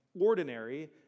ordinary